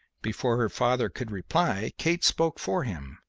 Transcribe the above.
before her father could reply kate spoke for him,